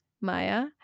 Maya